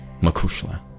makushla